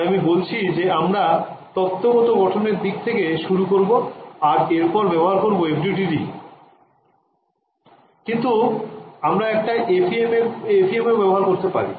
তাই আমি বলছি যে আমরা তত্ত্ব গত গঠনের দিক থেকে শুরু করবো আর এরপর ব্যবহার FDTD করবো কিন্তু আমরা এটা FEM এও ব্যবহার করতে পারি